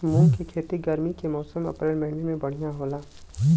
मुंग के खेती गर्मी के मौसम अप्रैल महीना में बढ़ियां होला?